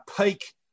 peak